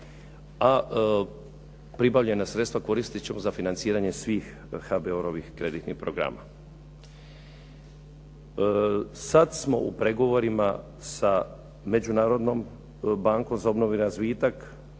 a pribavljena sredstva koristit ćemo za financiranje svih HBOR-ovih kreditnih programa. Sada smo u pregovorima sa Međunarodnom bankom za obnovu i razvitak,